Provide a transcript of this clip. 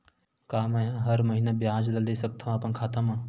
का मैं हर महीना ब्याज ला ले सकथव अपन खाता मा?